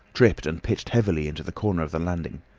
tripped and pitched heavily into the corner of the landing.